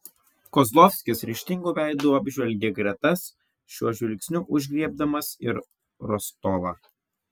kozlovskis ryžtingu veidu apžvelgė gretas šiuo žvilgsniu užgriebdamas ir rostovą